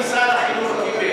קייטנות.